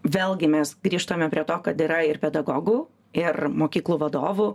vėlgi mes grįžtame prie to kad yra ir pedagogų ir mokyklų vadovų